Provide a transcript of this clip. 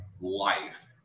life